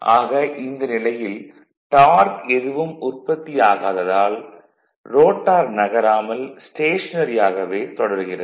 ஆக இந்த நிலையில் டார்க் எதுவும் உற்பத்தியாகாததால் ரோட்டார் நகராமல் ஸ்டேஷனரியாகவே தொடர்கிறது